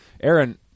Aaron